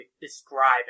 describe